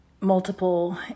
multiple